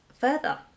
further